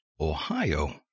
Ohio